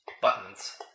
Buttons